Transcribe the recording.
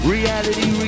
Reality